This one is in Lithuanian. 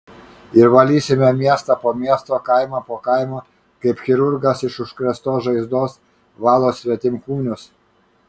ir valysime miestą po miesto kaimą po kaimo kaip chirurgas iš užkrėstos žaizdos valo svetimkūnius